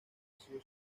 ácido